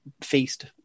feast